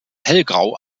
hellgrau